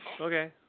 Okay